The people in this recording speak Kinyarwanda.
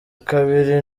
kabiri